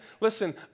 Listen